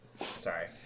Sorry